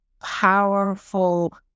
powerful